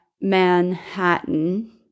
Manhattan